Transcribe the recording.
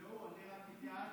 זה הוא, אני רק התייעצתי.